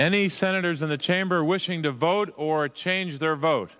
any senators in the chamber wishing to vote or change their vote